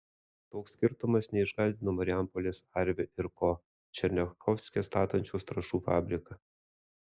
toks skirtumas neišgąsdino marijampolės arvi ir ko černiachovske statančios trąšų fabriką